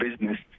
business